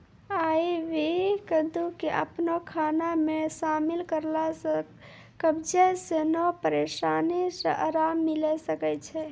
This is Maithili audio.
आइ.वी कद्दू के अपनो खाना मे शामिल करला से कब्जो जैसनो परेशानी से अराम मिलै सकै छै